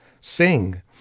sing